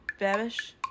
babish